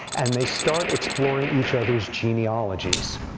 and they start exploring each other's genealogies.